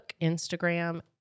Instagram